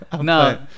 No